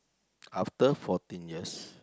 after fourteen years